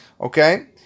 okay